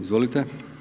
Izvolite.